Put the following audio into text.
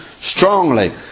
strongly